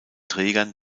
trägern